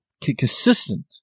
consistent